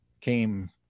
came